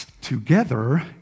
together